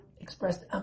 expressed